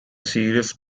serious